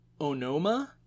Onoma